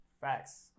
Facts